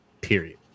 period